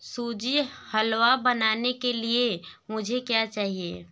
सूजी हलवा बनाने के लिए मुझे क्या चाहिए